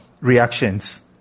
reactions